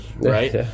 Right